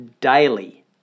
daily